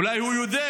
אולי הוא יודע.